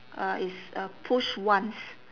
uh it's uh push once